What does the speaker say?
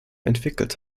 entwickelt